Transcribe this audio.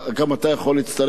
גם אתה יכול להצטרף.